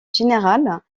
général